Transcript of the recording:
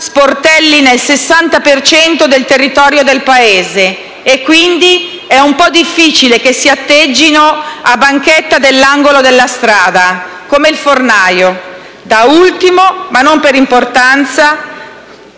sportelli nel 60 per cento del territorio del Paese ed è, quindi, un po' difficile che si atteggino a "banchetta dell'angolo della strada", come il fornaio. Da ultimo, ma non per importanza,